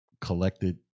collected